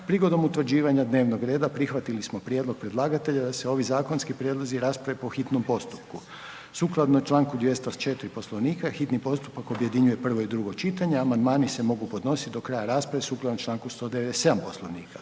Prigodom utvrđivanja dnevnog reda prihvatili smo prijedlog predlagatelja da se ovi zakonski prijedlozi rasprave po hitnom postupku. Sukladno čl. 204. Poslovnika hitni postupak objedinjuje prvo i drugo čitanje. Amandmani se mogu podnosit do kraja rasprave sukladno čl. 197. Poslovnika.